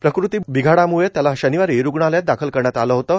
प्रकृती बिघडल्यामुळे त्याला शनिवारी रुग्णालयात दाखल करण्यात आलं होतं